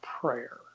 prayer